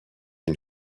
une